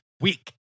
week